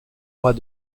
mois